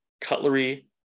cutlery